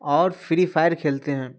اور Free Fire کھیلتے ہیں